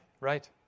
Right